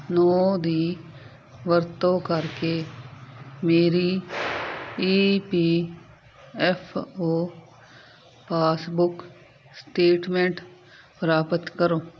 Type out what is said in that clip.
ਨੌਂ ਦੀ ਵਰਤੋਂ ਕਰਕੇ ਮੇਰੀ E P F O passbook statement ਪ੍ਰਾਪਤ ਕਰੋ